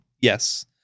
Yes